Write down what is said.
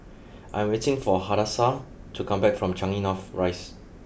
I am waiting for Hadassah to come back from Changi North Rise